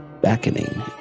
beckoning